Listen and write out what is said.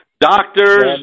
doctors